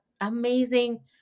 amazing